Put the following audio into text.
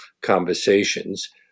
Conversations